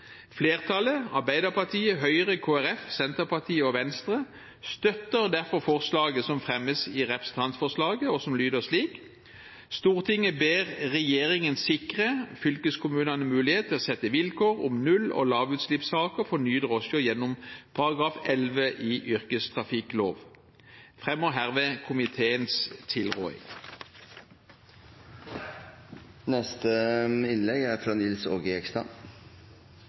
Flertallet, Arbeiderpartiet, Høyre, Kristelig Folkeparti, Senterpartiet og Venstre, støtter derfor forslaget som fremmes i representantforslaget, og som lyder slik: «Stortinget ber regjeringen sikre fylkeskommunene mulighet til å sette vilkår om null- og lavutslippssaker for nye drosjer gjennom § 11 i yrkestrafikkloven.» Jeg anbefaler hermed komiteens tilråding. I denne saken støtter Høyre forslaget om at man skal gi kommuner og